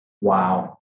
Wow